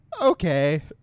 Okay